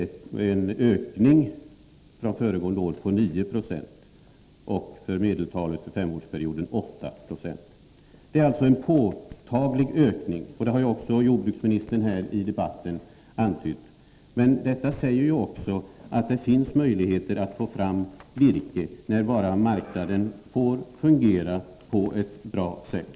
Det är alltså en påtaglig ökning, och det har också jordbruksministern antytt i debatten. Detta säger också att det finns möjligheter att få fram virke när bara marknaden får fungera på ett bra sätt.